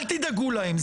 אל תדאגו להם,